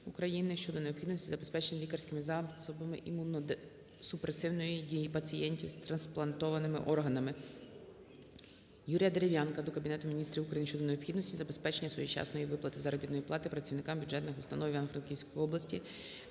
України щодо необхідності забезпечення лікарськими засобами імуносупресивної дії пацієнтів з трансплантованими органами. Юрія Дерев'янка до Кабінету Міністрів України щодо необхідності забезпечення своєчасної виплати заробітної плати працівникам бюджетних установ Івано-Франківської області